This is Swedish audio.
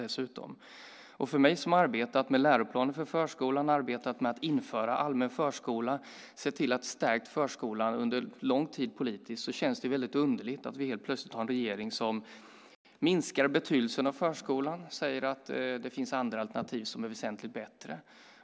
För mig som under lång tid har arbetat politiskt med läroplaner för förskolan, med att införa allmän förskola och med att stärka förskolan känns det underligt att vi plötsligt har en regering som minskar betydelsen av förskolan och säger att det finns andra alternativ som är betydligt bättre.